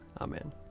Amen